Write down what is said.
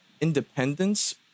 Independence